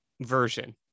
version